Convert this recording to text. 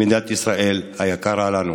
במדינת ישראל היקרה לנו,